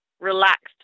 relaxed